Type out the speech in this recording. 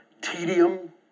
tedium